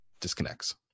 disconnects